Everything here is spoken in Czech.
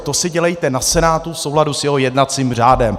To si dělejte na Senátu v souladu s jeho jednacím řádem.